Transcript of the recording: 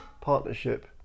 partnership